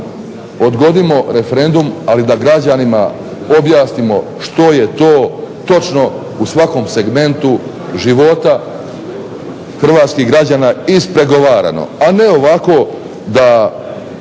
odgodimo referendum, ali da građanima objasnimo što je to točno u svakom segmentu života hrvatskih građana ispregovarano. A ne ovako da